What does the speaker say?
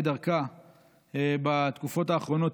כדרכה בתקופות האחרונות,